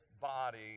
body